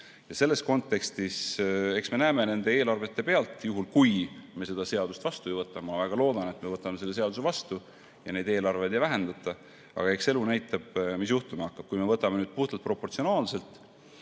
raha võib vähendada. Eks me näeme seda eelarvete pealt, juhul kui me seda seadust vastu ei võta. Ma väga loodan, et me võtame selle seaduse vastu ja eelarveid ei vähendata. Aga eks elu näitab, mis juhtuma hakkab. Kui me võtame puhtalt proportsionaalselt,